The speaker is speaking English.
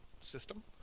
system